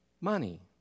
money